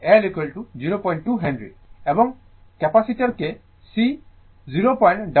এবং R 10 ohm এবং L 02 Henry